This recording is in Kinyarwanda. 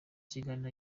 kiganiro